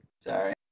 Sorry